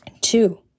Two